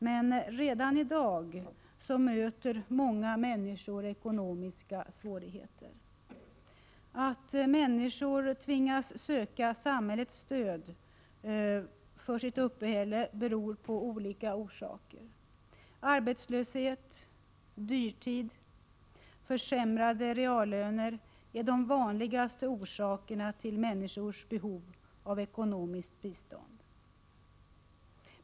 Men redan i dag möter många människor ekonomiska svårigheter. Att människor tvingas söka samhällets stöd för sitt uppehälle har olika orsaker. Arbetslöshet, dyrtid och försämrade reallöner är de vanligaste orsakerna till människors behov av ekonomiskt bistånd.